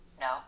No